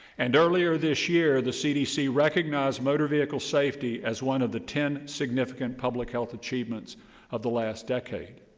and earlier this year, the cdc recognized motor vehicle safety as one of the ten significant public health achievements of the last decade.